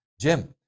Jim